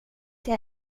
jag